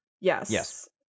Yes